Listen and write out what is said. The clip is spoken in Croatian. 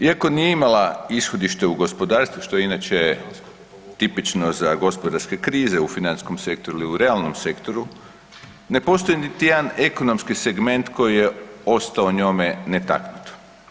Iako nije imala ishodište u gospodarstvu, što je inače tipično za gospodarske krize u financijskom sektoru ili u realnom sektoru, ne postoji niti jedan ekonomski segment koji je ostao njome netaknut.